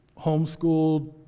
homeschooled